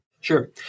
Sure